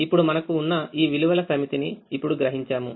ఇప్పుడు మనకు ఉన్న ఈ విలువల సమితిని ఇప్పుడు గ్రహించాము